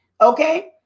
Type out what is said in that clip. okay